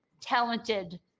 talented